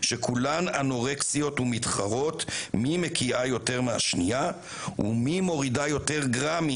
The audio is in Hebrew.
שכולן אנורקסיות ומתחרות מי מקיאה יותר מהשנייה ומי מורידה יותר גרמים